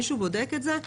מישהו בודק את זה?